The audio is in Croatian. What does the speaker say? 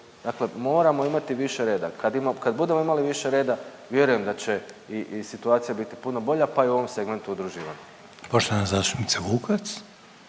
Dakle moramo imati više reda. Kad ima, kad budemo imali više reda, vjerujem da će i situacija biti puno bolja, pa i ovom segmentu udruživanja. **Reiner, Željko